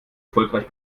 erfolgreich